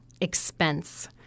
expense